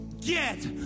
get